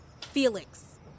Felix